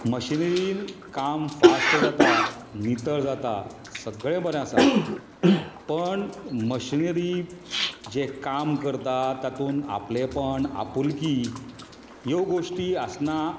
मशिनरीन काम फास्ट जाता नितळ जाता सगळें बरें आसा पण मशिनरी जें काम करता तातूंत आपलेंपण आपुलकी ह्यो गोश्टी आसना